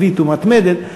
עקבית ומתמדת,